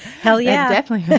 hell yeah definitely